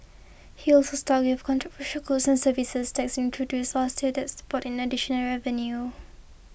he also stuck with controversial goods and services tax introduced last year that's brought in additional revenue